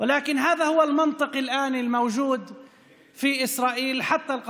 אבל בעצם החוקים שכרגע מחוקקים קשורים לנושאים ביטחוניים,